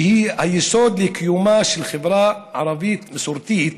שהיא היסוד לקיומה של חברה ערבית מסורתית